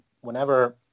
whenever